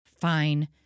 Fine